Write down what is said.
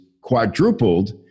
quadrupled